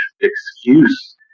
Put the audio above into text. excuse